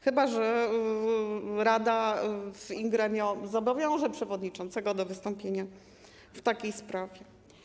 Chyba że rada in gremio zobowiąże przewodniczącego do wystąpienia w takiej sprawie.